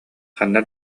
ханна